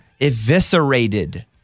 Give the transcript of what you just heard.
eviscerated